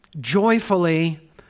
joyfully